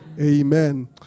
Amen